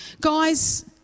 Guys